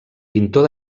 pintor